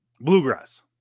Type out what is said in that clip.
bluegrass